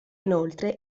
inoltre